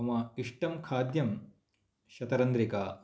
मम इष्टं खाद्यं शतरन्ध्रिरिका